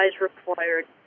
required